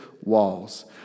walls